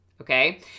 okay